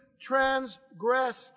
transgressed